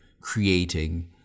creating